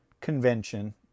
convention